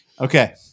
Okay